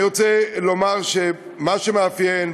אני רוצה לומר שמה שמאפיין,